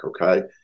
okay